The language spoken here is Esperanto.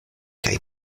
kaj